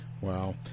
wow